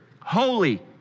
holy